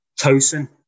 Tosin